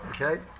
okay